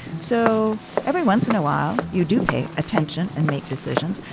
so every once in a while, you do pay attention and make decisions,